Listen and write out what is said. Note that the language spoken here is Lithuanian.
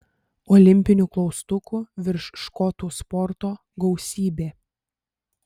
olimpinių klaustukų virš škotų sporto gausybė